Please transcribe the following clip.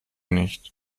nicht